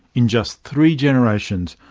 in just three generations,